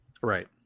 Right